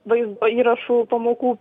vaizdo įrašų pamokų